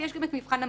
ויש גם מבחן המטרה.